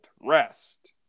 rest